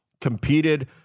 competed